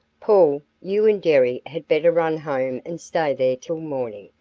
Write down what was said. paul, you and jerry had better run home and stay there till morning,